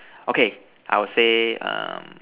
okay I will say um